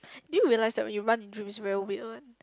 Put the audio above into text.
do you realise that when you run in dreams is very weird one